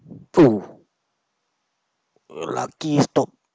uh lucky stop